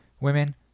women